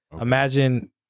imagine